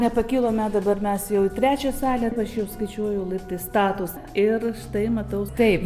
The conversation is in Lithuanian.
nepakilome dabar mes jau trečią salę aš jau skaičiuoju laiptai statūs ir štai matau taip